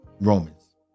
Romans